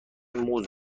موز